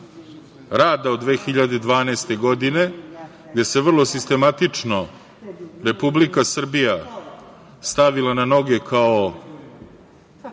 rada od 2012. godine, gde se vrlo sistematično Republika Srbija stavila na noge kao